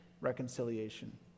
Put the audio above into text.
reconciliation